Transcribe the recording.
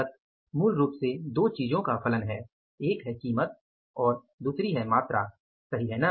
लागत मूल रूप से दो चीजों का फलन है एक है कीमत और दूसरी है मात्रा सही है